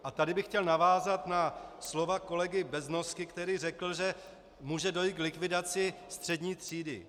A tady bych chtěl navázat na slova kolegy Beznosky, který řekl, že může dojít k likvidaci střední třídy.